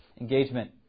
engagement